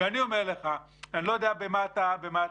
אני אומר לך, ואני לא יודע במה אתה מתעסק: